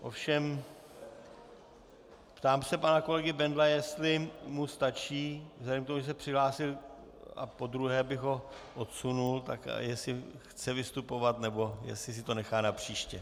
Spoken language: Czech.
Ovšem ptám se pana kolegy Bendla, jestli mu stačí, vzhledem k tomu, že se přihlásil a podruhé bych ho odsunul, tak jestli chce vystupovat, nebo jestli si to nechá napříště.